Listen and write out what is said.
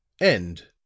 End